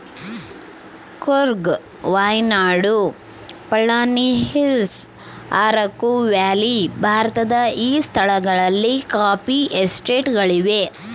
Coorg Wayanad Palani Hills Araku valley ಭಾರತದ ಈ ಸ್ಥಳಗಳಲ್ಲಿ ಕಾಫಿ ಎಸ್ಟೇಟ್ ಗಳಿವೆ